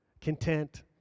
content